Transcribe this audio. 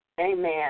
Amen